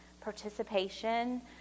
participation